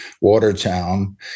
Watertown